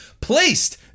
placed